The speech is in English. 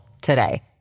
today